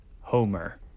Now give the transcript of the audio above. Homer